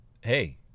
hey